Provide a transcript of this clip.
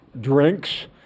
drinks